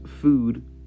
food